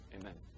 amen